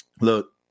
Look